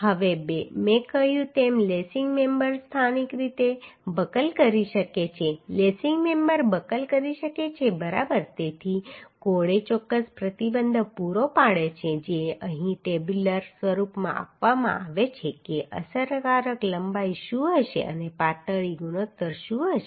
હવે મેં કહ્યું તેમ લેસિંગ મેમ્બર સ્થાનિક રીતે બકલ કરી શકે છે આ લેસિંગ મેમ્બર બકલ કરી શકે છે બરાબર તેથી કોડે ચોક્કસ પ્રતિબંધ પૂરો પાડ્યો છે જે અહીં ટેબ્યુલર સ્વરૂપમાં આપવામાં આવ્યો છે કે અસરકારક લંબાઈ શું હશે અને પાતળી પાતળી ગુણોત્તર શું હશે